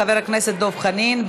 חבר הכנסת דב חנין,